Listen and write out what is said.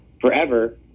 forever